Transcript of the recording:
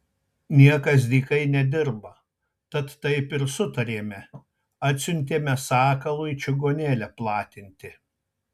niekas dykai nedirba tad taip ir sutarėme atsiuntėme sakalui čigonėlę platinti